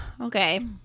okay